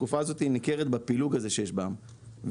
התקופה הזאת ניכרת בפילוג הזה שיש בעם והמילואים,